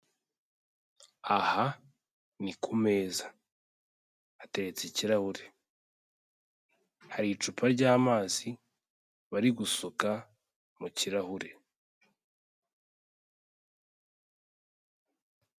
Aha ni ku meza. Hateretse ikirahure. Hari icupa ry'amazi bari gusuka mu kirahure.